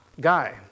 guy